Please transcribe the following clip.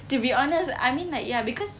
to be honest like ya because